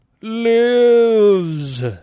lives